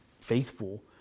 faithful